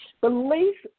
beliefs